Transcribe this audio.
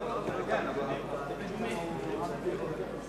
כלי תקשורת כתובה.